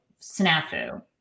snafu